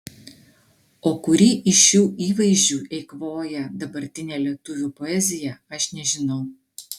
o kurį iš šių įvaizdžių eikvoja dabartinė lietuvių poezija aš nežinau